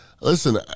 Listen